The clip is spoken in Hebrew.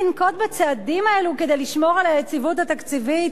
לנקוט את הצעדים האלה כדי לשמור על היציבות התקציבית.